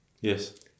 yes